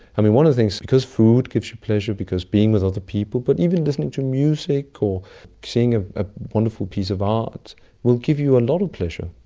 and one of the things, because food gives you pleasure, because being with other people, but even listening to music or seeing ah a wonderful piece of art will give you a lot of pleasure,